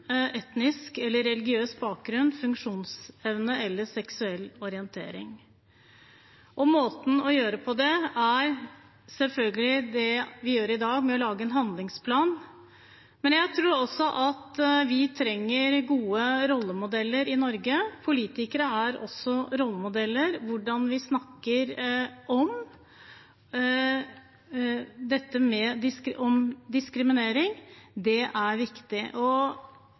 etnisk eller religiøs bakgrunn, funksjonsevne eller seksuell orientering. Måten å gjøre det på er selvfølgelig det vi gjør i dag, ved å lage en handlingsplan. Men jeg tror også at vi trenger gode rollemodeller i Norge. Politikere er også rollemodeller. Hvordan vi snakker om diskriminering, er viktig, og jeg må si at jeg har en bekymring når det